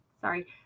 sorry